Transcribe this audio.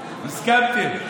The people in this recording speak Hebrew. הסכמתם.